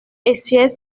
essuyait